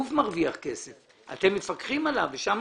הגוף מרוויח כסף ואתם מפקחים עליו ושם